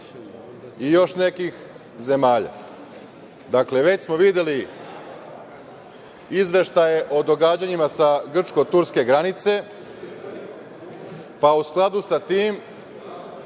i još nekih zemalja. Dakle, već smo videli izveštaje o događanjima sa Grčko-Turske granice, pa u skladu sa tim